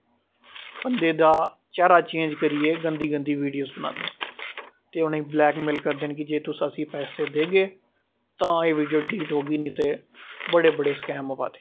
बंदे दा चेहरा चेंज करियै गंदी गंदी वीडियोज़ बनांदे न ते उ'नें गी ब्लैकमेल करदे न कि जे तुस असें गी पैसे देगे तां एह् वीडियो डलीट होगी नेईं ते बडे़ बडे़ स्कैम होआ दे